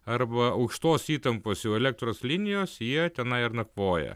arba aukštos įtampos jau elektros linijos jie tenai ir nakvoja